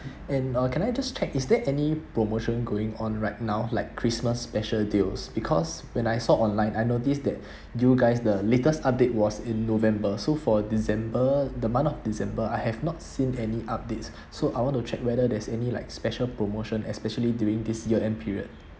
and uh can I just check is there any promotion going on right now like christmas special deals because when I saw online I notice that you guys the latest update was in november so for december the month of december I have not seen any updates so I want to check whether there's any like special promotion especially during this year end period